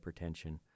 hypertension